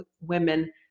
women